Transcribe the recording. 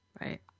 Right